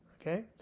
okay